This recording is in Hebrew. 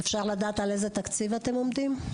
אפשר לדעת על איזה תקציב אתם עובדים?